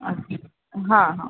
अच्छा हां हां